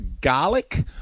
garlic